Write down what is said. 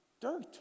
dirt